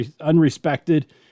unrespected